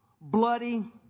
bloody